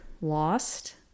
lost